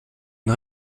une